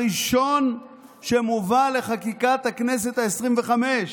הראשון שמובא לחקיקת הכנסת העשרים-וחמש,